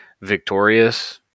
victorious